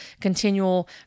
continual